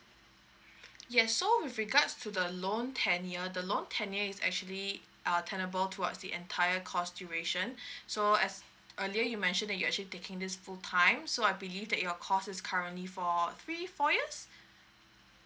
yes so with regards to the loan tenure the loan tenure is actually are tenable throughout the entire course duration so as earlier you mentioned that you're actually taking this full time so I believe that your course is currently for three four years